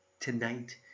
tonight